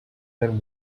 than